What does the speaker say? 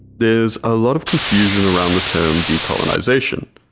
there's a lot of confusion around the term decolonization,